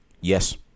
Yes